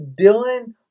Dylan